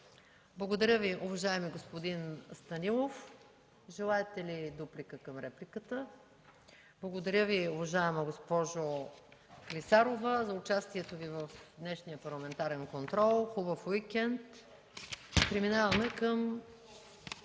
Благодаря Ви, уважаеми господин Станилов. Желаете ли дуплика към репликата? Благодаря Ви, уважаема госпожо Клисарова, за участието в днешния парламентарен контрол. Хубав уикенд! Преминаваме към